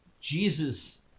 Jesus